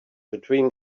between